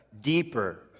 deeper